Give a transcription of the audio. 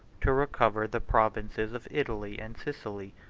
to recover the provinces of italy and sicily,